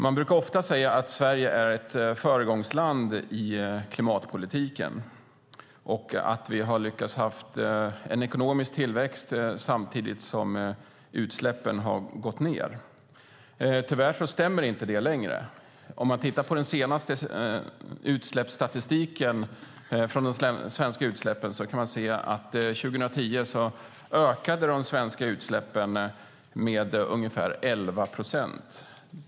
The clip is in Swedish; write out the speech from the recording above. Man brukar ofta säga att Sverige är ett föregångsland i klimatpolitiken och att vi har lyckats ha en ekonomisk tillväxt samtidigt som utsläppen har gått ned. Tyvärr stämmer inte detta längre. Om man tittar på den senaste statistiken för de svenska utsläppen kan man se att de svenska utsläppen ökade med ungefär 11 procent 2010.